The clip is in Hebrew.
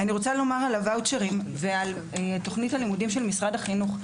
לגבי הוואוצ'רים ותוכנית הלימודים של משרד החינוך.